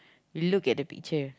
look at the picture